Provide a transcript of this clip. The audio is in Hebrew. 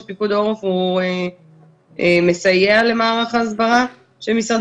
שפיקוד העורף מסייע למערך ההסברה של משרד